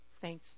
thanks